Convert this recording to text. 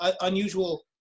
unusual